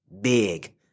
big